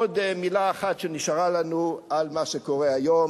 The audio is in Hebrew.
עוד מלה אחת שנשארה לנו על מה שקורה היום,